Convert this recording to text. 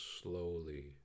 slowly